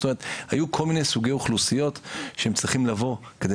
היו כל מיני סוגי אוכלוסיות שהם צריכים לבוא כדי